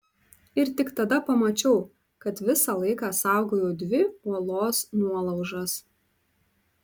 ir tik tada pamačiau kad visą laiką saugojau dvi uolos nuolaužas